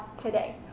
today